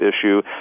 issue